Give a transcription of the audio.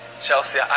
Chelsea